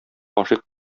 гашыйк